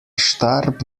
starb